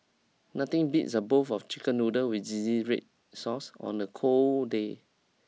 nothing beats a bowl of chicken noodles with zingy red sauce on the cold day